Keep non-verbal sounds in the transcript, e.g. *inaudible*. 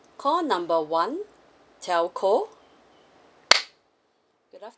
call number one telco *noise* good afternoon